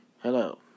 Hello